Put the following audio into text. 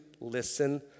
listen